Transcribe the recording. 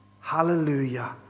hallelujah